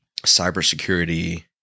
cybersecurity